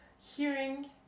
hearing